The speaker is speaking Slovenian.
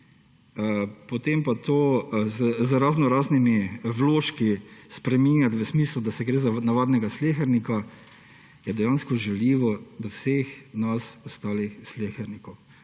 potem pa to z raznoraznimi vložki spreminjati v smislu, da gre za navadnega slehernika, je dejansko žaljivo do vseh nas ostalih slehernikov.